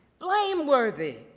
blameworthy